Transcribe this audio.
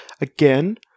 Again